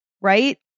Right